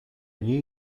new